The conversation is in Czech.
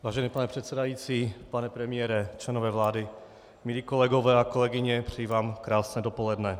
Vážený pane předsedající, pane premiére, členové vlády, milí kolegové a kolegyně, přeji vám krásné dopoledne.